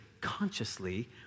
consciously